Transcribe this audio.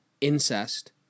incest